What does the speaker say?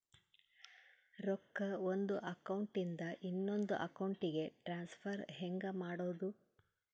ರೊಕ್ಕ ಒಂದು ಅಕೌಂಟ್ ಇಂದ ಇನ್ನೊಂದು ಅಕೌಂಟಿಗೆ ಟ್ರಾನ್ಸ್ಫರ್ ಹೆಂಗ್ ಮಾಡೋದು?